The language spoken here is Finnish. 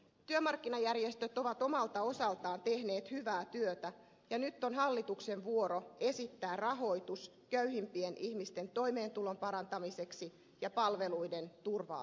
työmarkkinajärjestöt ovat omalta osaltaan tehneet hyvää työtä ja nyt on hallituksen vuoro esittää rahoitus köyhimpien ihmisten toimeentulon parantamiseksi ja palveluiden turvaamiseksi